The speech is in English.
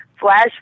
Flash